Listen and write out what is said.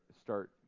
start